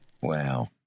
Wow